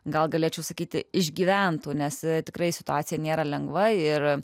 gal galėčiau sakyti išgyventų nes tikrai situacija nėra lengva ir